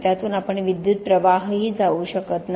त्यातून आपण विद्युत प्रवाहही जाऊ शकत नाही